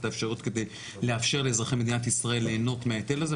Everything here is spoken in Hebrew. את האפשרויות כדי לאפשר לאזרחי מדינת ישראל ליהנות מההיטל הזה,